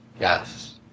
Yes